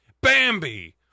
Bambi